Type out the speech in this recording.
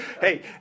hey